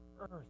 earth